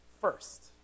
first